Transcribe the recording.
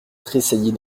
tressaillit